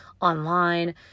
online